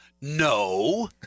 No